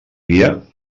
dia